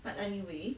but anyway